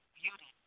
beauty